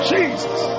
Jesus